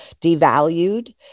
devalued